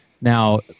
Now